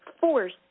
force